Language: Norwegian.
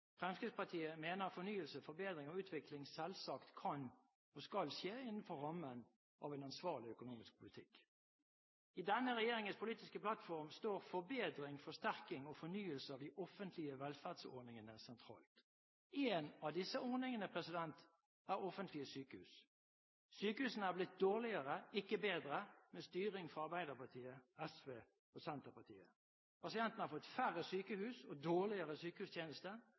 Fremskrittspartiet mener at fornyelse, forbedring og utvikling selvsagt kan og skal skje innenfor rammen av en ansvarlig økonomisk politikk. I denne regjeringens politiske plattform står forbedring, forsterking og fornyelse av de offentlige velferdsordningene sentralt. En av disse ordningene er offentlige sykehus. Sykehusene er blitt dårligere, ikke bedre, med styring fra Arbeiderpartiet, SV og Senterpartiet. Pasientene har fått færre sykehus og dårligere sykehustjenester.